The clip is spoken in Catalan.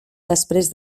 després